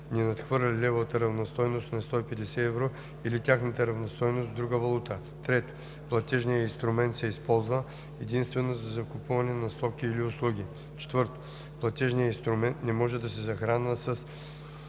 не надхвърля левовата равностойност на 150 евро или тяхната равностойност в друга валута; 3. платежният инструмент се използва единствено за закупуване на стоки или услуги; 4. платежният инструмент не може да се захранва с